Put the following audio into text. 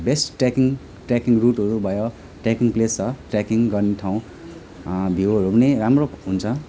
best trekking trekking रुटहरू भयो trekking place छ ट्रेकिङ गर्ने ठाउँ भिउहरू पनि राम्रो हुन्छ